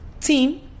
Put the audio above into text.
team